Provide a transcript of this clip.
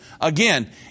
Again